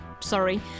sorry